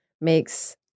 makes